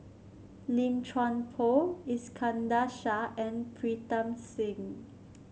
Lim Chuan Poh Iskandar Shah and Pritam Singh